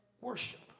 worship